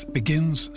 begins